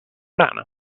rana